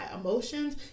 emotions